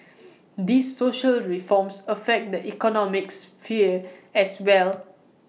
these social reforms affect the economic sphere as well